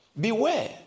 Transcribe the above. Beware